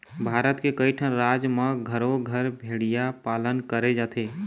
भारत के कइठन राज म घरो घर भेड़िया पालन करे जाथे